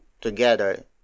together